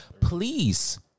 Please